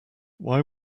why